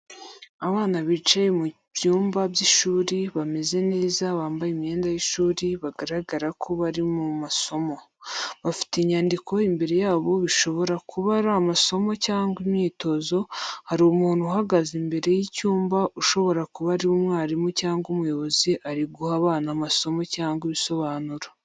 Abana bicaye mu byumba by'ishuri bameze neza bambaye imyenda y'ishuri bagaragara ko bari mu masomo. Bafite inyandiko imbere yabo bishobora kuba ari amasomo cyangwa imyitozo. Hari umuntu uhagaze imbere y’icyumba, ushobora kuba ari umwarimu cyangwa umuyobozi ari guha abana amasomo cyangwa ibisobanuro.